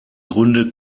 gründe